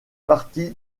partie